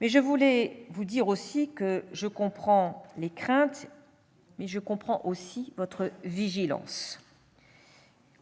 2 %. Je voulais vous dire que je comprends les craintes, mais aussi votre vigilance.